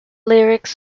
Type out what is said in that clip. lyrics